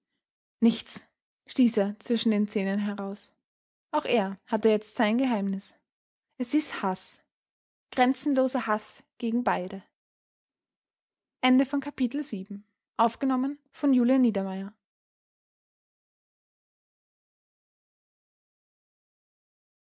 nichts stieß er zwischen den zähnen heraus auch er hatte jetzt sein geheimnis es hieß haß grenzenloser haß gegen beide